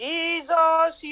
Jesus